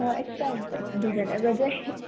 extra हुनुपर्छ दुईजनाको चाहिँ